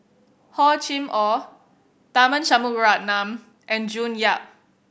Hor Chim Or Tharman Shanmugaratnam and June Yap